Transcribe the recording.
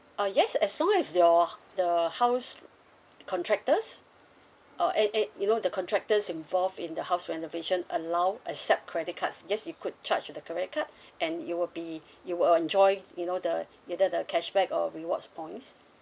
ah yes as long as your the house contractors uh a~ a~ you know the contractors involved in the house renovation allow accept credit cards yes you could charge the credit card and you will be you will enjoy you know the either the cashback or rewards points